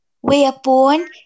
Whereupon